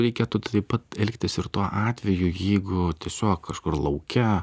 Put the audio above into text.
reikėtų taip pat elgtis ir tuo atveju jeigu tiesiog kažkur lauke